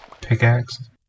pickaxe